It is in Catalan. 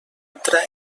entra